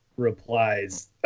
replies